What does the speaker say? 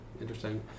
interesting